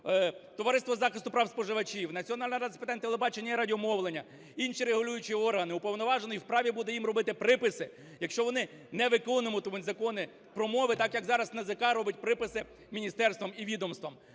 Товариство з захисту прав споживачів, Національна рада з питань телебачення і радіомовлення, інші регулюючі органи. Уповноважений в праві буде їм робити приписи, якщо вони не виконуватимуть Закон про мову, так, як зараз НАЗК робить приписи міністерствам і відомствам.